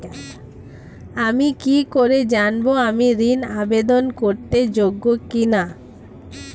আমি কি করে জানব আমি ঋন আবেদন করতে যোগ্য কি না?